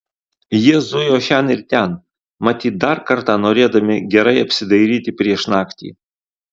jie zujo šen ir ten matyt dar kartą norėdami gerai apsidairyti prieš naktį